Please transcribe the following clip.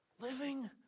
Living